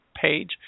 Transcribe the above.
page